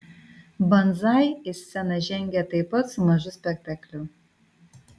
banzai į sceną žengė taip pat su mažu spektakliu